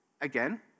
again